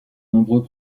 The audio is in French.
nombreux